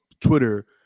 Twitter